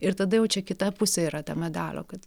ir tada jau čia kita pusė yra ta medalio kad